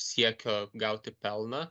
siekio gauti pelną